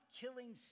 killing